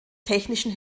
technischen